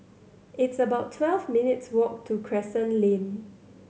it's about twelve minutes' walk to Crescent Lane